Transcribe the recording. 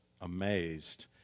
amazed